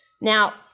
Now